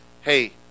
hey